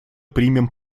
примем